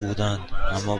بودند، اما